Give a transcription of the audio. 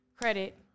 credit